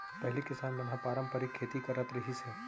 पहिली किसान मन ह पारंपरिक खेती करत रिहिस हे